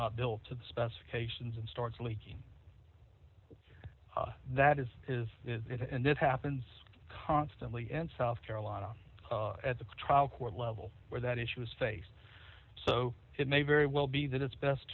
not built to the specifications and starts leaking that is is it and that happens constantly in south carolina at the trial court level where that issue is faced so it may very well be that it's best